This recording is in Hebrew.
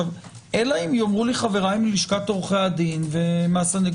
אלא אם יאמרו לי חבריי מלשכת עורכי הדין ומהסנגוריה